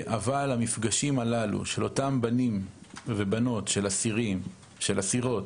אבל המפגשים הללו של אותם בנים ובנות של אסירים ואסירות